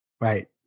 Right